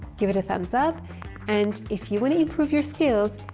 give it a thumbs up and if you want to improve your skills,